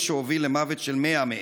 מה שהוביל למוות של 100 מהם.